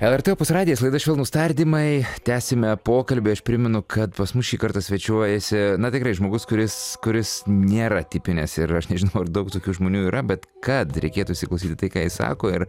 lrt opus radijas laida švelnūs tardymai tęsime pokalbį aš primenu kad pas mus šį kartą svečiuojasi na tikrai žmogus kuris kuris nėra tipinės ir aš nežinau ar daug tokių žmonių yra bet kad reikėtų įsiklausyti tai ką jis sako ir